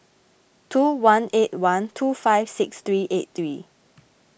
two one eight one two five six three eight three